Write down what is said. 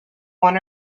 one